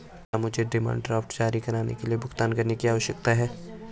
क्या मुझे demand draft जारी करने के लिए भुगतान करने की आवश्यकता है?